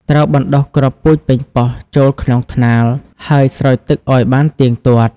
ត្រូវបណ្ដុះគ្រាប់ពូជប៉េងប៉ោះចូលក្នុងថ្នាល ហើយស្រោចទឹកឲ្យបានទៀងទាត់។